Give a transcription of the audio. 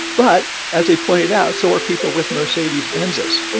but as they pointed out, so are people with mercedes-benzes